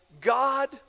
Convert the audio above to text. God